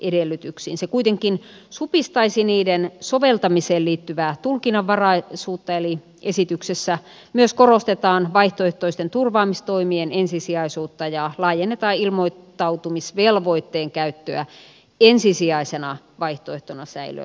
se kuitenkin supistaisi niiden soveltamiseen liittyvää tulkinnanvaraisuutta eli esityksessä myös korostetaan vaihtoehtoisten turvaamistoimien ensisijaisuutta ja laajennetaan ilmoittautumisvelvoitteen käyttöä ensisijaisena vaihtoehtona säilöönotolle